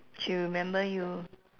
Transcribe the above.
she remember you